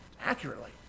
accurately